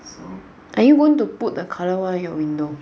so are you going to put the colour one on your window